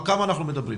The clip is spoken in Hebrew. על כמה אנחנו מדברים?